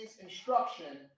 instruction